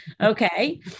okay